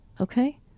okay